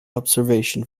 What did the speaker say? observation